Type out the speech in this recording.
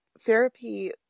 therapy